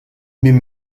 min